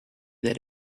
that